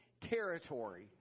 territory